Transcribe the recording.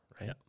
right